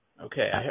Okay